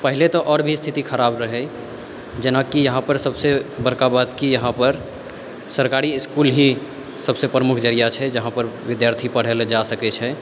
पहिले तऽ आओर भी स्थिति खराब रहै जेनाकि यहाँपर सबसँ बड़का बात कि यहाँपर सरकारी इसकुल ही सबसे प्रमुख जरिया छै जहाँपर विद्यार्थी पढ़ै लए जा सकै छै